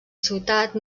ciutat